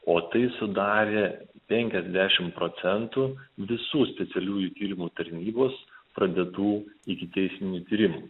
o tai sudarė penkiasdešim procentų visų specialiųjų tyrimų tarnybos pradėtų ikiteisminių tyrimų